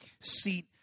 seat